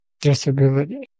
disability